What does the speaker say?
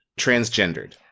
Transgendered